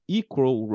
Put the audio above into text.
equal